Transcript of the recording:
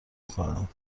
میکنم